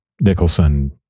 Nicholson